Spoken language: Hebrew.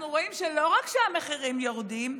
אנחנו רואים שלא רק שהמחירים יורדים,